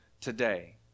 today